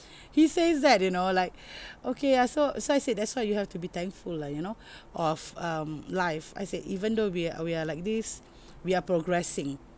he says that you know like okay ya so so I said that's why you have to be thankful lah you know of um life I said even though we're we are like this we are progressing